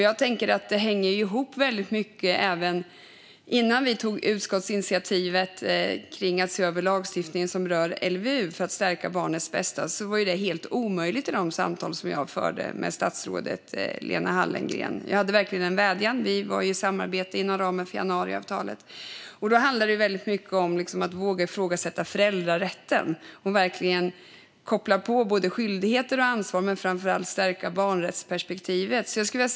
Jag tänker att mycket hänger ihop. Även innan vi tog utskottsinitiativet för att se över lagstiftningen som rör LVU, för att stärka barnets bästa, var det i de samtal jag förde med statsrådet Lena Hallengren helt omöjligt. Jag hade verkligen en vädjan. Vi hade ju ett samarbete inom ramen för januariavtalet. Då handlade det mycket om att våga ifrågasätta föräldrarätten och koppla på både skyldigheter och ansvar men framför allt att stärka barnrättsperspektivet.